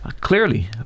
Clearly